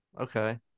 Okay